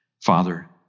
Father